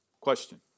Question